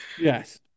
Yes